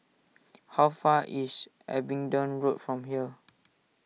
how far is Abingdon Road from here